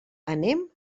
anem